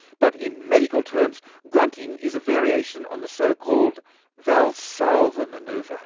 but in medical terms, grunting is a variation on the so-called valsalva manoeuvre, ah